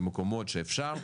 במקומות שאפשר,